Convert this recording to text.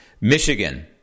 Michigan